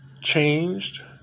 changed